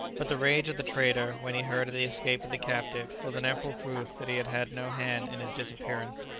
but the rage of the trader when he heard of the escape of the captive was an ample proof that he had had no hand in his disappearance.